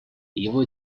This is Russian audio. его